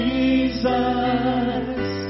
Jesus